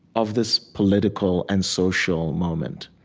of this political and social moment,